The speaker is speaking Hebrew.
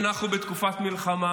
אנחנו בתקופת מלחמה,